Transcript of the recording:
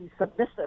submissive